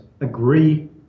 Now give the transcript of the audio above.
agree